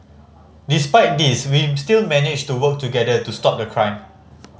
despite these we still managed to work together to stop the crime